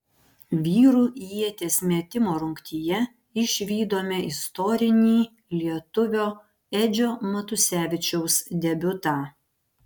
vyrų ieties metimo rungtyje išvydome istorinį lietuvio edžio matusevičiaus debiutą